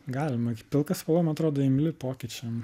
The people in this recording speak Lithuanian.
galima pilka spalva man atrodo imli pokyčiam